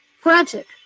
Frantic